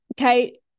Okay